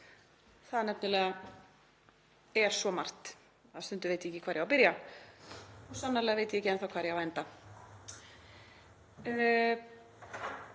Það er nefnilega svo margt að stundum veit ég ekki hvar ég á að byrja og sannarlega veit ég ekki enn þá hvar ég á að enda.